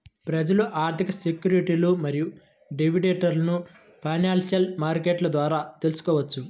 ప్రజలు ఆర్థిక సెక్యూరిటీలు మరియు డెరివేటివ్లను ఫైనాన్షియల్ మార్కెట్ల ద్వారా తెల్సుకోవచ్చు